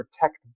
protect